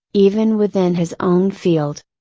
even within his own field.